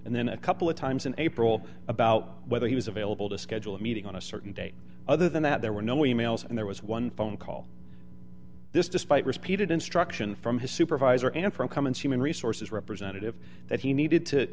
and then a couple of times in april about whether he was available to schedule a meeting on a certain date other than that there were no e mails and there was one phone call this despite repeated instruction from his supervisor and from cummins human resources representative that he needed to